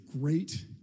great